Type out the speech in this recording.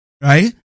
right